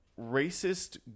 racist